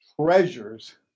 treasures